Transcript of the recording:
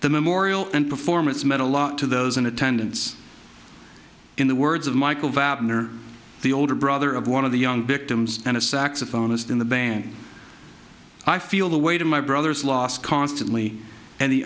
the memorial and performance met a lot to those in attendance in the words of michael wagner the older brother of one of the young victims and a saxophonist in the band i feel the way to my brother's loss constantly an